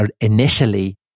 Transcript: initially